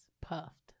puffed